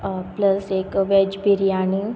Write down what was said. plus एक वॅज बिरयाणी